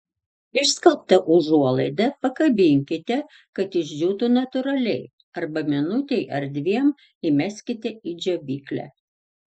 išskalbtą užuolaidą pakabinkite kad išdžiūtų natūraliai arba minutei ar dviem įmeskite į džiovyklę